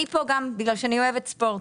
אני פה גם בגלל שאני אוהבת ספורט.